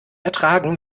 ertragen